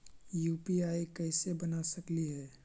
UPI कैसे बना सकली हे?